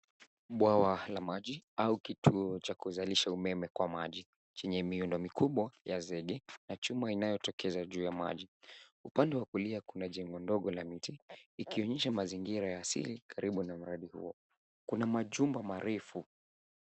Bwawa la maji au kituo cha kuzalisha umeme kwa maji yenye miundo mikubwa ya zege na chuma inayotokeza juu ya maji upande wa kulia kuna jengo ndogo la miti ikionyesha mazingira ya asili karibu na mradi huo kuna majumba marefu.